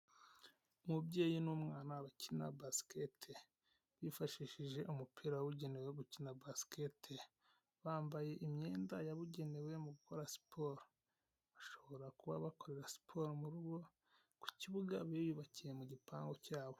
Umubyeyi n'umwana bakina basikete, bifashishije umupira wabugenewe wo gukina baskete, bambaye imyenda yabugenewe mu gukora siporo, bashobora kuba bakorera siporo mu rugo ku kibuga biyubakiye mu gipangu cyabo.